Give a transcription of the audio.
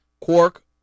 Quark